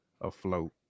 afloat